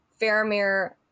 Faramir